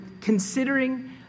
considering